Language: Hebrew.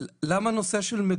קודם כל, להרחיב את תחולת החוק למניעת